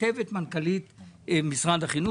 כותבת מנכ"לית משרד החינוך